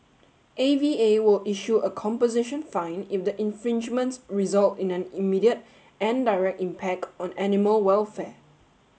A V A will issue a composition fine if the infringements result in an immediate and direct impact on animal welfare